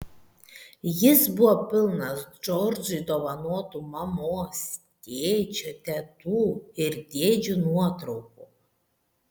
jis buvo pilnas džordžui dovanotų mamos tėčio tetų ir dėdžių nuotraukų